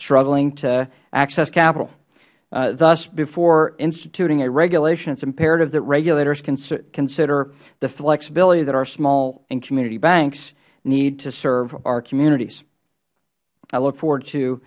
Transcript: struggling to access capital thus before instituting a regulation it is imperative that regulators consider the flexibility that our small and community banks need to serve our communities i look forward to